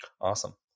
Awesome